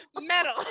Metal